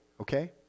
okay